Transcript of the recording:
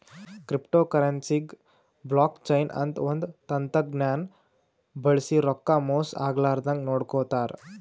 ಕ್ರಿಪ್ಟೋಕರೆನ್ಸಿಗ್ blockchain ಅಂತ್ ಒಂದ್ ತಂತಜ್ಞಾನ್ ಬಳ್ಸಿ ರೊಕ್ಕಾ ಮೋಸ್ ಆಗ್ಲರದಂಗ್ ನೋಡ್ಕೋತಾರ್